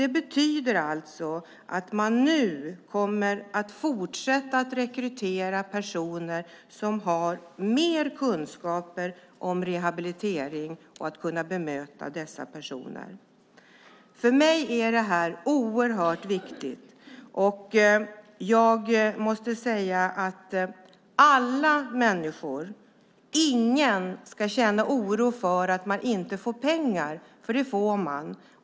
Det betyder alltså att man nu kommer att fortsätta att rekrytera personer som har mer kunskaper om rehabilitering för att kunna bemöta dessa personer. För mig är detta oerhört viktigt. Ingen ska känna oro för att man inte kommer att få pengar, för det får man.